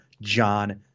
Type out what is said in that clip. John